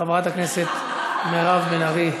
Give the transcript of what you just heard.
חברת הכנסת מירב בן ארי,